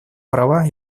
права